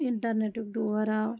اِنٹَرنٮ۪ٹُک دور آو